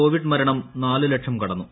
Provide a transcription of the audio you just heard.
Covid മർണ്ണം നാല് ലക്ഷം കടന്നു